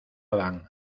van